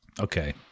Okay